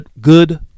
good